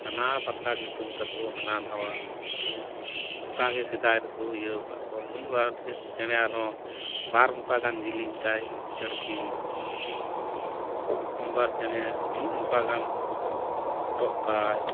ᱱᱟᱱᱟ ᱯᱨᱚᱠᱟᱨ ᱧᱩᱛᱩᱢ ᱛᱟᱠᱚ ᱦᱟᱱᱟ ᱱᱚᱣᱟ ᱚᱱᱠᱟ ᱜᱮ ᱥᱮᱫᱟᱭ ᱨᱮᱠᱚ ᱤᱭᱟᱹᱣ ᱠᱟᱜ ᱠᱚᱣᱟ ᱢᱤᱫᱵᱟᱨ ᱪᱮᱬᱮ ᱦᱚᱸ ᱵᱟᱨ ᱢᱚᱠᱟ ᱜᱟᱱ ᱡᱮᱞᱮᱧ ᱛᱟᱭ ᱪᱟᱹᱬᱠᱤᱞ ᱢᱤᱫᱵᱟᱨ ᱪᱮᱬᱮ ᱢᱤᱫ ᱢᱚᱠᱟ ᱜᱟᱱ ᱦᱚᱴᱚᱜ ᱛᱟᱭ